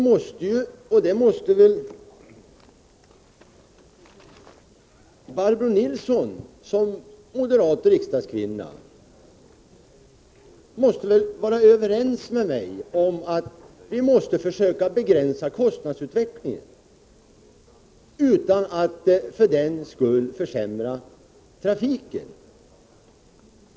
Men Barbro Nilsson i Visby som moderat riksdagskvinna måste väl vara överens med mig om att vi måste försöka begränsa kostnadsutvecklingen, utan att för den skull försämra trafiken.